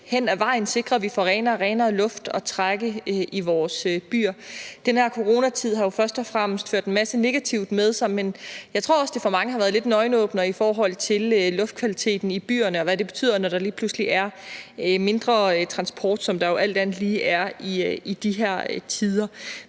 hen ad vejen at sikre, at vi får renere og renere luft at indånde i vores byer. Den her coronatid har jo først og fremmest ført en masse negativt med sig, men jeg tror også, det for mange har været lidt en øjenåbner i forhold til luftkvaliteten i byerne og hvad det betyder, når der lige pludselig er mindre transport, som der jo alt andet lige er i de her tider.